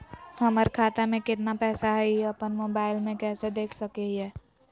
हमर खाता में केतना पैसा हई, ई अपन मोबाईल में कैसे देख सके हियई?